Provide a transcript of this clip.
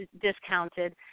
discounted